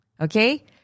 okay